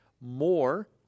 more –